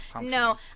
No